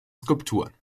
skulpturen